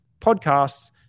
podcasts